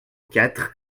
quatre